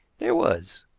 there was.